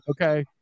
Okay